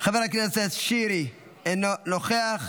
חבר הכנסת טיבי, אינו נוכח,